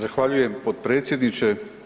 Zahvaljujem potpredsjedniče.